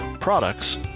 products